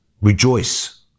Rejoice